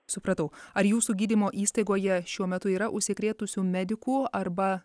supratau ar jūsų gydymo įstaigoje šiuo metu yra užsikrėtusių medikų arba